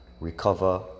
recover